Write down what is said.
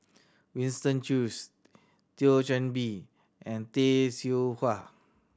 Winston Choos Thio Chan Bee and Tay Seow Huah